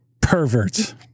perverts